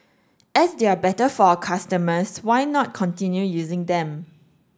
as they are better for our customers why not continue using them